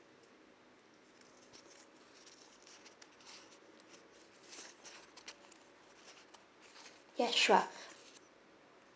yes sure